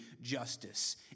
justice